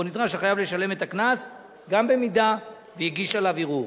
שבו נדרש החייב לשלם את הקנס גם במידה שהגיש עליו ערעור.